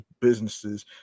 businesses